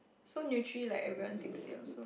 so nutri like everyone takes it also